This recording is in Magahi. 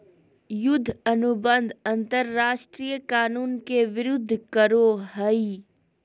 युद्ध अनुबंध अंतरराष्ट्रीय कानून के विरूद्ध करो हइ